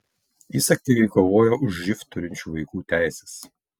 jis aktyviai kovojo už živ turinčių vaikų teises